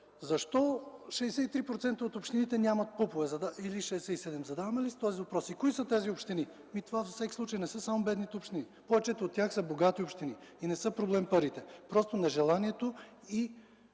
процента от общините нямат ПУП-ове? Задаваме ли си този въпрос? И кои са тези общини? Това във всеки случай не са само бедните общини. Повечето от тях са богати общини. Не са проблем парите. Просто нежелание и